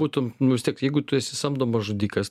būtum nu vis tiek jeigu tu esi samdomas žudikas